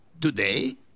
Today